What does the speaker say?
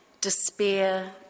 despair